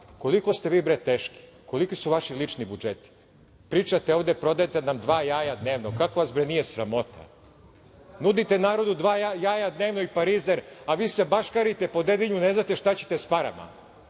koliko ste vi teški, koliki su vaši lični budžeti? Pričate ovde, prodajete nam dva jaja dnevno. Kako vas nije sramota. Nudite narodu dva jaja dnevno i parizer, a vi se baškarite po Dedinju, ne znate šta ćete s parama.I